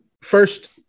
first